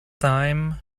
thyme